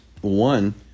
One